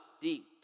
deep